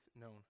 known